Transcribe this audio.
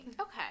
okay